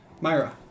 Myra